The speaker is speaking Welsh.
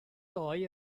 ddoe